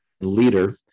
leader